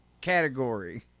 category